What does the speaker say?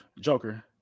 Joker